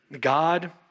God